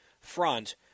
front